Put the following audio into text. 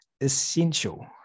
essential